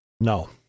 No